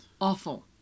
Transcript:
awful